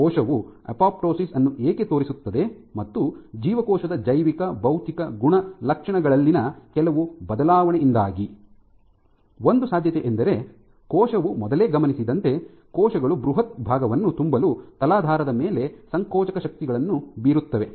ಕೋಶವು ಅಪೊಪ್ಟೋಸಿಸ್ ಅನ್ನು ಏಕೆ ತೋರಿಸುತ್ತದೆ ಮತ್ತು ಜೀವಕೋಶದ ಜೈವಿಕ ಭೌತಿಕ ಗುಣಲಕ್ಷಣಗಳಲ್ಲಿನ ಕೆಲವು ಬದಲಾವಣೆಯಿಂದಾಗಿ ಒಂದು ಸಾಧ್ಯತೆಯೆಂದರೆ ಕೋಶವು ಮೊದಲೇ ಗಮನಿಸಿದಂತೆ ಕೋಶಗಳು ಬೃಹತ್ ಭಾಗವನ್ನು ತುಂಬಲು ತಲಾಧಾರದ ಮೇಲೆ ಸಂಕೋಚಕ ಶಕ್ತಿಗಳನ್ನು ಬೀರುತ್ತವೆ